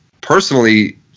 personally